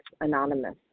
Anonymous